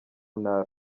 ntara